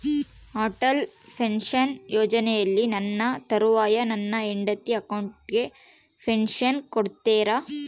Atal pension ಯೋಜನೆಯಲ್ಲಿ ನನ್ನ ತರುವಾಯ ನನ್ನ ಹೆಂಡತಿ ಅಕೌಂಟಿಗೆ ಪೆನ್ಶನ್ ಕೊಡ್ತೇರಾ?